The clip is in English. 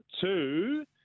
two